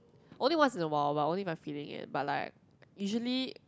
only once in awhile only when I'm feeling it but usually